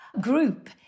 group